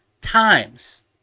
times